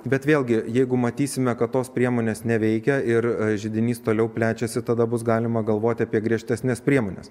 bet vėlgi jeigu matysime kad tos priemonės neveikia ir židinys toliau plečiasi tada bus galima galvoti apie griežtesnes priemones